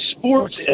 sports